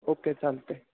okay चालत आहे